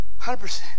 100%